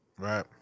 Right